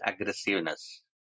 aggressiveness